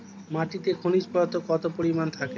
মাটিতে খনিজ পদার্থ কত পরিমাণে থাকে?